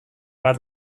bat